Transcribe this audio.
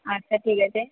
আচ্ছা ঠিক আছে